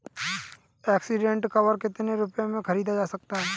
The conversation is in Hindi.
एक्सीडेंट कवर कितने रुपए में खरीदा जा सकता है?